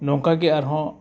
ᱱᱚᱝᱠᱟ ᱜᱮ ᱟᱨᱦᱚᱸ